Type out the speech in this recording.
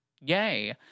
yay